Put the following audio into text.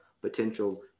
potential